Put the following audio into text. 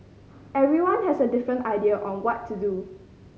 everyone has a different idea on what to do